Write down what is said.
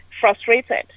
frustrated